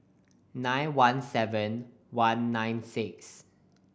nine one seven one nine six